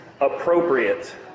appropriate